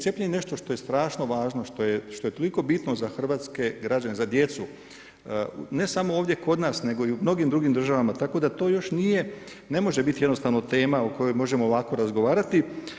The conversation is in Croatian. Cijepljenje je nešto što je strašno važno, što je toliko bitno za hrvatske građane, za djecu ne samo ovdje kod nas, nego i u mnogim drugim državama tako da to još ne može biti jednostavno tema o kojoj možemo ovako razgovarati.